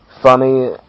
funny